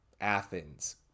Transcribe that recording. Athens